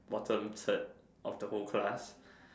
bottom third of the whole class